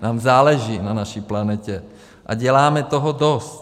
Nám záleží na naší planetě a děláme toho dost.